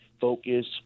Focus